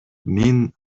мен